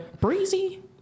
breezy